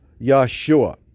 Yahshua